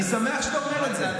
אני שמח שאתה אומר את זה.